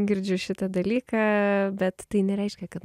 girdžiu šitą dalyką bet tai nereiškia kad